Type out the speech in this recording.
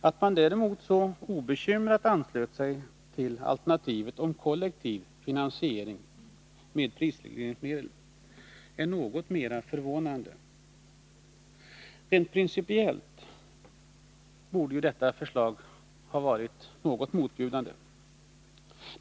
Att man däremot så obekymrat anslöt sig till alternativet med kollektiv finansiering med prisregleringsmedel är något mera förvånande. Rent principiellt borde detta förslag ha varit något motbjudande.